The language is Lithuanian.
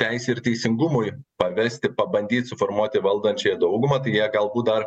teisei ir teisingumui pavesti pabandyt suformuoti valdančiąją daugumą tai jie galbūt dar